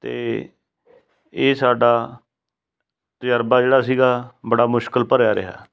ਅਤੇ ਇਹ ਸਾਡਾ ਤਜਰਬਾ ਜਿਹੜਾ ਸੀਗਾ ਬੜਾ ਮੁਸ਼ਕਿਲ ਭਰਿਆ ਰਿਹਾ